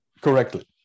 Correctly